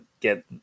get